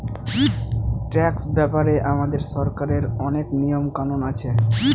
tax ব্যাপারে আমাদের সরকারের অনেক নিয়ম কানুন আছে